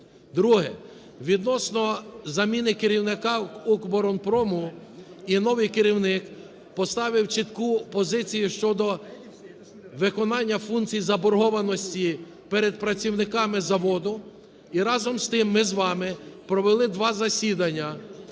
Друге. Відносно заміни керівника "Укроборонпрому". І новий керівник поставив чітку позицію щодо виконання функцій заборгованості перед працівниками заводу. І, разом з тим, ми з вами провели два засідання,